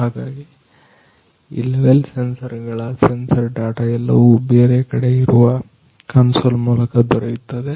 ಹಾಗಾಗಿ ಈ level sensor ಗಳ ಸೆನ್ಸರ್ ಡಾಟಾ ಎಲ್ಲವೂ ಬೇರೆ ಕಡೆ ಇರುವ ಕನ್ಸೋಲ್ ಮೂಲಕ ದೊರೆಯುತ್ತವೆ